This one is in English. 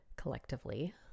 collectively